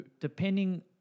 depending